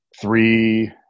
Three